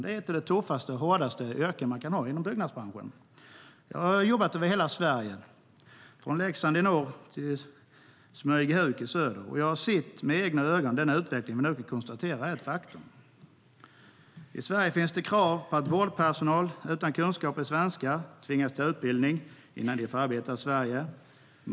Det är ett av de tuffaste och hårdaste yrken man kan ha inom byggnadsbranschen. Jag har jobbat över hela Sverige, från Leksand i norr till Smygehuk i söder. Jag har med egna ögon sett den utveckling vi nu kan konstatera är ett faktum.I Sverige finns det krav på att vårdpersonal utan kunskaper i svenska ska få utbildning innan de får arbeta i Sverige.